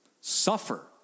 Suffer